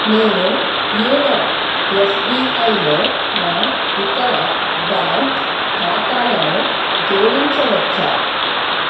నేను యోనో ఎస్బీఐలో నా ఇతర బ్యాంక్ ఖాతాలను జోడించవచ్చా